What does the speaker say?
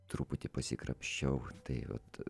truputį pasikrapščiau tai vat